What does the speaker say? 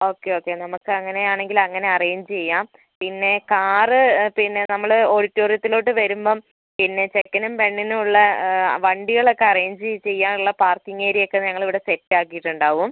okay okay നമുക്ക് അങ്ങനെ ആണെങ്കിൽ അങ്ങനെ അറേഞ്ച് ചെയ്യാം പിന്നെ കാറ് പിന്നെ നമ്മൾ ഓഡിറ്റോറിയത്തിലോട്ട് വരുമ്പം പിന്നെ ചെക്കനും പെണ്ണിനും ഉള്ള വണ്ടികൾ ഒക്കേ അറേഞ്ച് ചെയ്യാനുള്ള പാർക്കിംഗ് ഏരിയ ഒക്കേ ഞങ്ങൾ ഇവിടെ സെറ്റ് ആക്കീട്ടുണ്ടാവും